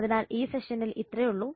അതിനാൽ ഈ സെഷനിൽ ഇത്രേയുള്ളൂ